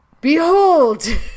behold